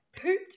pooped